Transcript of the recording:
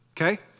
Okay